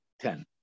ten